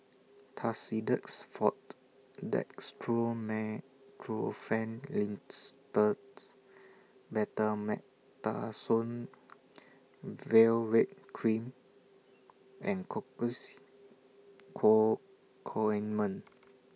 Tussidex Forte Dextromethorphan Linctus Betamethasone Valerate Cream and Cocois Co Co Ointment